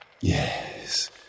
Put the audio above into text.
Yes